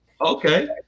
Okay